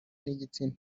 n’igitsina